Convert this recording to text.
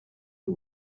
who